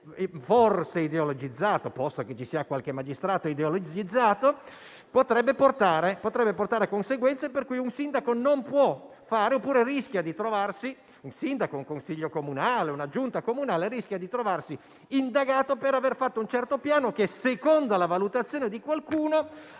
forse ideologizzato - posto che ci sia qualche magistrato ideologizzato - potrebbe portare a conseguenze per cui un sindaco, un consiglio o una giunta comunale, rischiano di trovarsi indagati per aver fatto un certo piano che, secondo la valutazione di qualcuno,